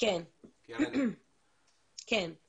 יש